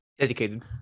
Dedicated